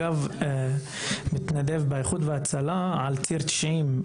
אגב, אני גם מתנדב ב"איחוד והצלה" על ציר 90,